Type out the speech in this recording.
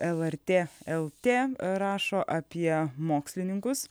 lrt lt rašo apie mokslininkus